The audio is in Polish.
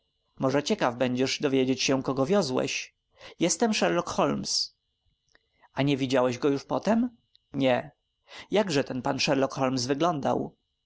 może ciekaw będziesz dowiedzieć się kogo wiozłeś jestem sherlock holmes a nie widziałeś go już potem nie jakże ten pan sherlock holmes wyglądał